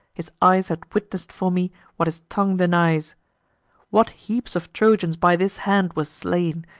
his eyes had witness'd for me what his tongue denies what heaps of trojans by this hand were slain,